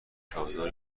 چادر